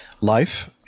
life